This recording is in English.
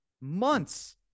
months